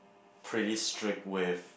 pretty strict with